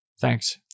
Thanks